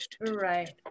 Right